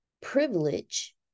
privilege